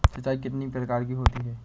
सिंचाई कितनी प्रकार की होती हैं?